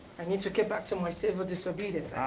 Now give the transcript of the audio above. i need to get back to my civil disobedience.